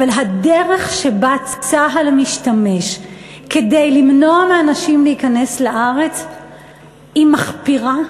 אבל הדרך שבה צה"ל משתמש כדי למנוע מאנשים להיכנס לארץ היא מחפירה,